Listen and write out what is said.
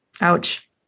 Ouch